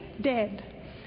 dead